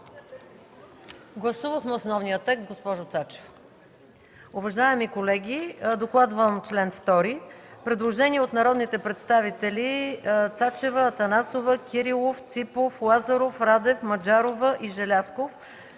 Гласувахме основния текст, госпожо Цачева.